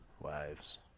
wives